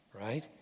Right